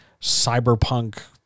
cyberpunk